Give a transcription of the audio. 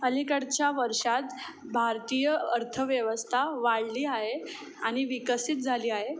अलीकडच्या वर्षांत भारतीय अर्थव्यवस्था वाढली आहे आणि विकसित झाली आहे